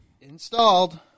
Installed